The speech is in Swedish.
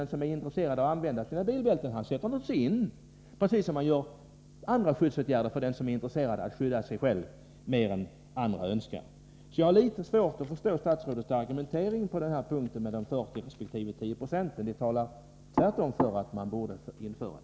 Den som är intresserad av att använda bilbälte i baksätet, sätter in ett sådant, precis såsom fallet är i andra sammanhang där någon är intresserad av att skydda sig mer än vad andra är. Jag har litet svårt att förstå statsrådets argumentering när det gäller de 40 resp. 10 procenten. Dessa siffror talar tvärtom för en lagstiftning.